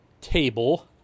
table